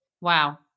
Wow